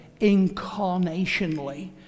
incarnationally